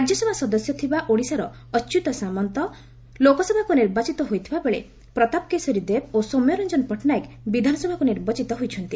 ରାଜ୍ୟସଭା ସଦସ୍ୟ ଥିବା ଓଡ଼ିଶାର ଅଚ୍ୟୁତ ସାମନ୍ତ ଲୋକସଭାକୁ ନିର୍ବାଚିତ ହୋଇଥିବାବେଳେ ପ୍ରତାପ କେଶରୀ ଦେବ ଓ ସୌମ୍ୟରଞ୍ଜନ ପଟ୍ଟନାୟକ ବିଧାନସଭାକୁ ନିର୍ବାଚିତ ହୋଇଛନ୍ତି